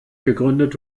gegründet